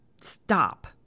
stop